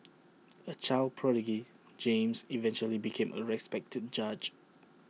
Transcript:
A child prodigy James eventually became A respected judge